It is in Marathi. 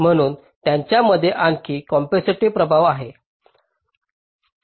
म्हणून त्यांच्यामध्ये आणखी कॅपेसिटिव प्रभाव आहेत